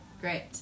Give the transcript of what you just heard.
great